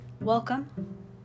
welcome